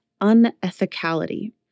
unethicality